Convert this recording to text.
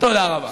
תודה רבה.